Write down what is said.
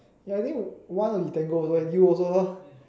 ya I think one will be Tango and you also lor